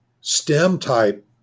STEM-type